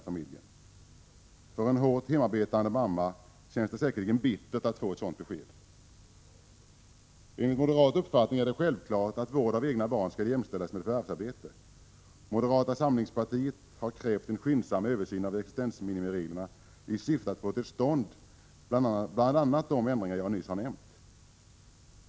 För en hårt hemarbetande mamma känns det säkerligen bittert att få ett sådant besked. Enligt moderaternas uppfattning är det självklart att vård av egna barn skall jämställas med förvärvsarbete. Moderata samlingspartiet har krävt en skyndsam översyn av existensminimireglerna i syfte att få till stånd bl.a. de ändringar jag nyss har nämnt.